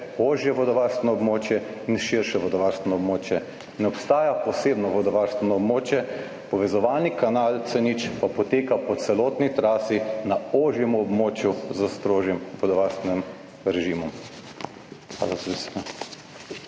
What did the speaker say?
ožje vodovarstveno območje in širše vodovarstveno območje. Ne obstaja posebno vodovarstveno območje. Povezovalni kanal C0 pa poteka po celotni trasi na ožjem območju s strožjim vodovarstvenim režimom.